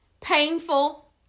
painful